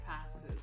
passes